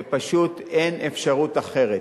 ופשוט אין אפשרות אחרת.